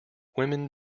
women